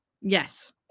Yes